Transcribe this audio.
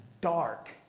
dark